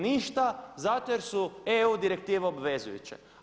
Ništa zato jer su EU direktive obvezujuće.